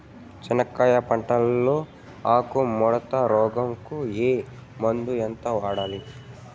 చెనక్కాయ పంట లో ఆకు ముడత రోగం కు ఏ మందు ఎంత వాడాలి?